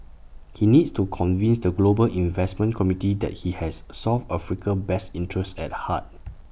he needs to convince the global investment community that he has south Africa's best interests at heart